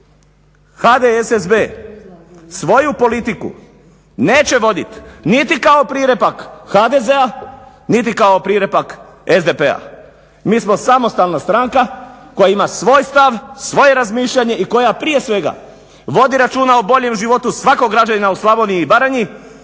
HDSSB svoju politiku neće voditi niti kao prirepak HDZ-a niti kao prirepak SDP-a. Mi smo samostalna stranka koja ima svoj stav, svoje razmišljanje i koja prije svega vodi računa o boljem životu svakog građanina u Slavoniji i Baranji